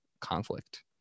conflict